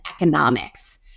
economics